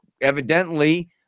evidently